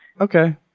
Okay